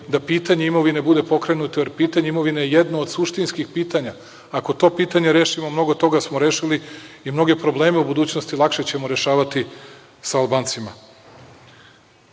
da pitanje imovine bude pokrenuto, jer pitanje imovine je jedno od suštinskih pitanja. Ako to pitanje rešimo, mnogo toga smo rešili i mnoge probleme u budućnosti lakše ćemo rešavati sa Albancima. Pokrenuto